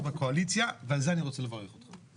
בקואליציה ועל זה אני רוצה לברך אותך.